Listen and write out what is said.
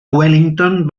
wellington